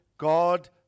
God